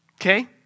okay